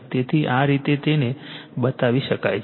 તેથી આ રીતે તેને બનાવી શકાય છે